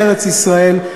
בארץ-ישראל.